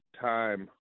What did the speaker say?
time